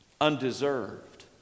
Undeserved